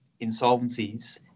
insolvencies